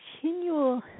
continual